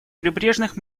прибрежных